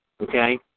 Okay